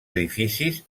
edificis